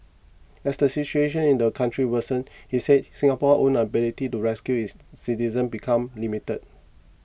as the situation in the country worsens he said Singapore's own ability to rescue its citizens becomes limited